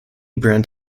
brand